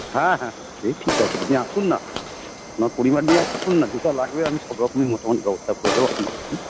হ্যাঁ হ্যাঁ হ্যাঁ সে ঠিক আছে আপনি আসুন না আপনার পরিবার নিয়ে আসুন না যেটা লাগবে আমি সব রকমই মোটামুটি ব্যবস্থা করে দেবো আপনি আসুন